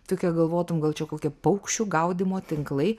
tokia galvotum gal čia kokie paukščių gaudymo tinklai